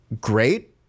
great